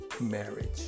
marriage